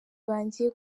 banjye